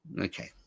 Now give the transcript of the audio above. okay